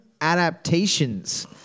adaptations